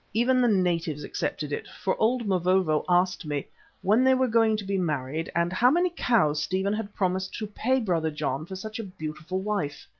even the natives accepted it, for old mavovo asked me when they were going to be married and how many cows stephen had promised to pay brother john for such a beautiful wife.